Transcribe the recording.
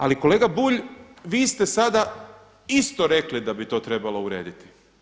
Ali, kolega Bulj, vi ste sada isto rekli da bi to trebalo urediti.